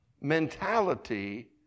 mentality